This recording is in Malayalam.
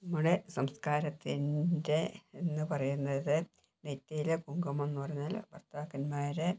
നമ്മുടെ സംസ്ക്കാരത്തിൻ്റെ എന്നു പറയുന്നത് നെറ്റിയിലെ കുങ്കുമം എന്നു പറഞ്ഞാൽ ഭർത്താക്കന്മാരെ